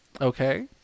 Okay